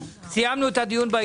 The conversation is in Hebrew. סיימנו את הדיון בעניין.